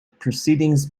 proceedings